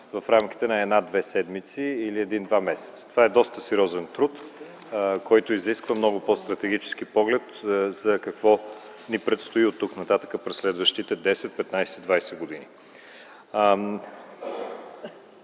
в рамките на 1-2 седмици или 1-2 месеца. Това е доста сериозен труд, който изисква много по-стратегически поглед какво ни предстои оттук нататък през следващите 10-15-20 години.